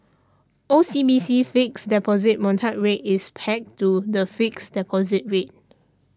O C B C Fixed Deposit Mortgage Rate is pegged to the fixed deposit rate